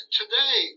today